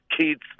Kids